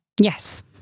Yes